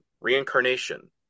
reincarnation